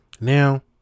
now